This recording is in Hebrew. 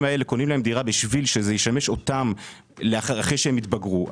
דירה בשביל שזה ישמש אותם אותם אחרי שיתבגרו,